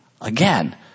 again